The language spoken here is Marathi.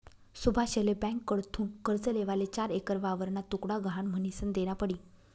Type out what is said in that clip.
सुभाषले ब्यांककडथून कर्ज लेवाले चार एकर वावरना तुकडा गहाण म्हनीसन देना पडी